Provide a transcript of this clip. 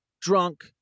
drunk